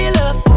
love